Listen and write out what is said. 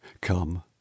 Come